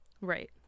right